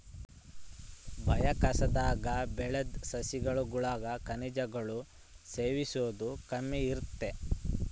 ಬಾಹ್ಯಾಕಾಶದಾಗ ಬೆಳುದ್ ಸಸ್ಯಗುಳಾಗ ಖನಿಜಗುಳ್ನ ಸೇವಿಸೋದು ಕಮ್ಮಿ ಇರ್ತತೆ